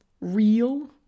real